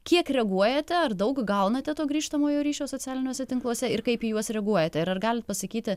kiek reaguojate ar daug gaunate to grįžtamojo ryšio socialiniuose tinkluose ir kaip į juos reaguojate ir ar galit pasakyti